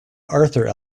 arthur